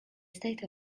state